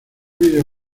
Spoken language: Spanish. video